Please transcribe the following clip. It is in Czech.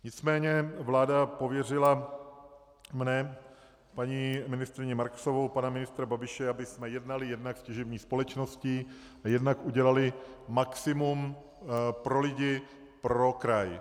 Nicméně vláda pověřila mne, paní ministryni Marksovou a pana ministra Babiše, abychom jednali jednak s těžební společností a jednak udělali maximum pro lidi, pro kraj.